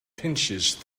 pinches